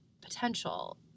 potential